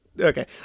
Okay